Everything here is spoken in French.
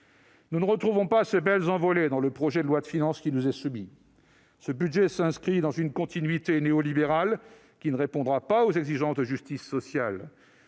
Nous ne retrouvons pas ces belles envolées dans le projet de loi de finances qui nous est soumis : ce budget s'inscrit dans une continuité néolibérale qui ne répondra pas aux exigences de justice sociale.